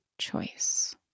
choice